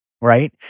right